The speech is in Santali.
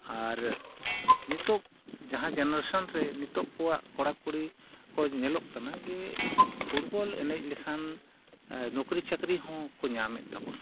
ᱟᱨ ᱱᱤᱛᱳᱜ ᱡᱟᱦᱟᱸ ᱡᱮᱱᱟᱨᱮᱥᱮᱱ ᱨᱮ ᱱᱤᱛᱳᱜ ᱠᱚᱣᱟᱜ ᱠᱚᱲᱟ ᱠᱩᱲᱤ ᱠᱚ ᱧᱮᱞᱚᱜ ᱠᱟᱱᱟ ᱡᱮ ᱯᱷᱩᱴᱵᱚᱞ ᱮᱱᱮᱡ ᱞᱮᱠᱷᱟᱱ ᱱᱚᱠᱨᱤ ᱪᱟᱹᱠᱨᱤ ᱦᱚᱸᱠᱚ ᱧᱟᱢᱮᱫ ᱛᱟᱵᱚᱱᱟ